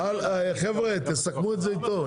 חבר'ה תסכמו את זה איתו,